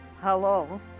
hello